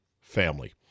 family